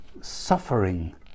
suffering